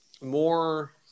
more